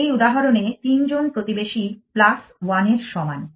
এই উদাহরণে তিনজন প্রতিবেশী 1 এর সমান